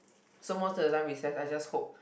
so most of the time recess I just hope